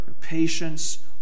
patience